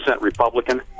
Republican